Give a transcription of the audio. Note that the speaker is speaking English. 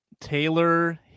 Taylor